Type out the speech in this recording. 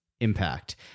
impact